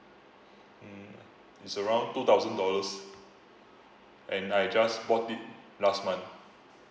mm it's around two thousand dollars and I just bought it last month